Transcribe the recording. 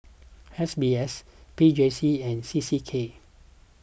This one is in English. S B S P J C and C C K